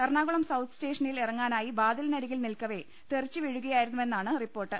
Ernakulam south സ്റ്റേഷനിൽ ഇറങ്ങാനായി വാതിലിനരികിൽ നിൽക്കവെ തെറിച്ച് വീഴുകയായി രുന്നുവെന്നാണ് റിപ്പോർട്ട്